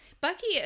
Bucky